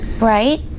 Right